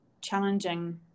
challenging